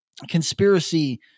conspiracy